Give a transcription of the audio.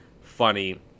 funny